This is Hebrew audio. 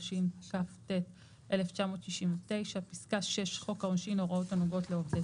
התשכ"ט 1969‏; (6) חוק העונשין הוראות הנוגעות לעובדי